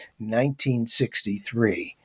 1963